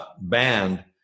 banned